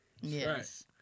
Yes